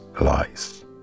lies